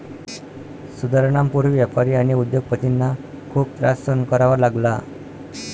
सुधारणांपूर्वी व्यापारी आणि उद्योग पतींना खूप त्रास सहन करावा लागला